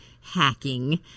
hacking